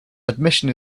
admission